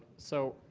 so